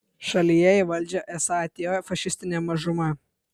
šalyje į valdžią esą atėjo fašistinė mažuma